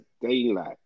daylight